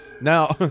Now